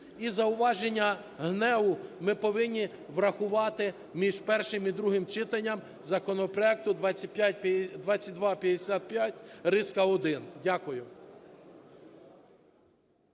І зауваження ГНЕУ ми повинні врахувати між першим і другим читанням законопроекту 2255-1. Дякую.